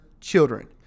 children